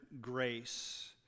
grace